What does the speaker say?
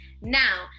Now